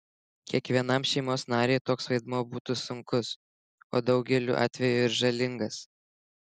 kiekvienam šeimos nariui toks vaidmuo būtų sunkus o daugeliu atvejų ir žalingas